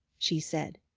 she said,